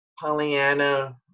Pollyanna